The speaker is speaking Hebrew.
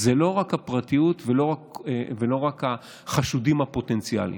זה לא רק הפרטיות ולא רק החשודים הפוטנציאליים,